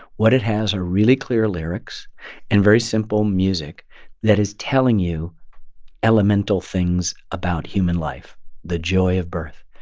what it has are really clear lyrics lyrics and very simple music that is telling you elemental things about human life the joy of birth,